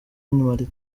martin